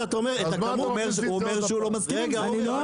הוא אומר שהוא לא מסכים עם זה.